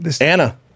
Anna